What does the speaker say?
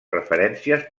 referències